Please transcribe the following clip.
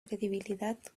credibilidad